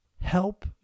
Help